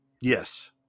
yes